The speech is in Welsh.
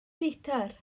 litr